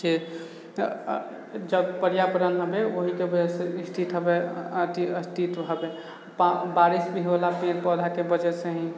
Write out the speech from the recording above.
जे जब पर्यावरण हबे ओही के वजह से अस्तित्व हबे अस्तित्व हबे बारिश भी होला पेड़ पौधा के वजह से ही